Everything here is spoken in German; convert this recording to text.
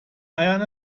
eiern